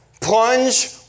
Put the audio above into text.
plunge